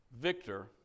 victor